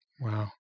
Wow